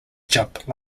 jump